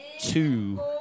two